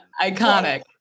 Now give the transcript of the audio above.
Iconic